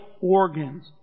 Organs